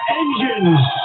engines